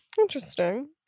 interesting